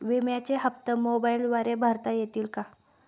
विम्याचे हप्ते मोबाइलद्वारे भरता येतील का?